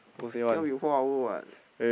ya we four hour [what]